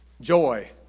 Joy